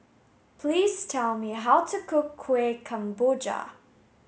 please tell me how to cook Kueh Kemboja